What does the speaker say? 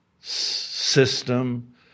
system